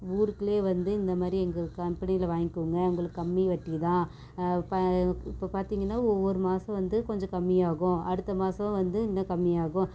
ஊருக்குள்ளே வந்து இந்தமாதிரி எங்கள் கம்பெனியில் வாங்கிக்கோங்க உங்களுக்கு கம்மி வட்டி தான் இப்போ இப்போ பார்த்திங்கன்னா ஒவ்வொரு மாதம் வந்து கொஞ்சம் கம்மியாகும் அடுத்த மாதம் வந்து இன்னும் கம்மியாகும்